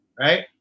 right